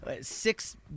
six